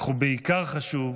אך הוא בעיקר חשוב